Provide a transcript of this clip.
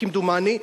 כמדומני,